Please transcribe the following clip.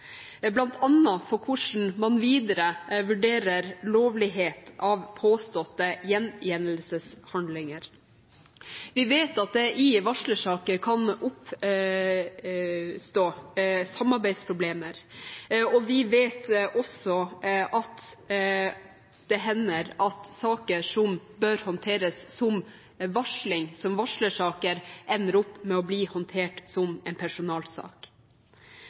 bl.a. for hvordan man videre vurderer lovligheten av påståtte gjengjeldelseshandlinger. Vi vet at det i varslersaker kan oppstå samarbeidsproblemer, og vi vet at det hender at saker som bør håndteres som varslersaker, ender opp med å bli håndtert som en personalsak.